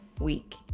week